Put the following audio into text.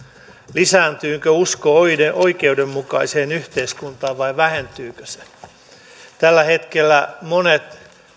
lisääntyykö usko oikeudenmukaiseen yhteiskuntaan vai vähentyykö se tällä hetkellä monet